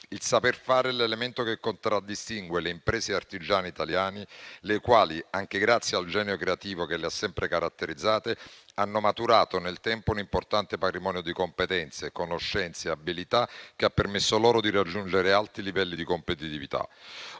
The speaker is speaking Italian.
Il saper fare è l'elemento che contraddistingue le imprese artigiane italiane, le quali, anche grazie al genio creativo che le ha sempre caratterizzate, hanno maturato nel tempo un importante patrimonio di competenze, conoscenze e abilità che ha permesso loro di raggiungere alti livelli di competitività.